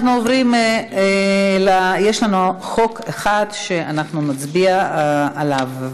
רבותי, אנחנו עוברים לחוק אחד שאנחנו נצביע עליו.